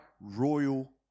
royal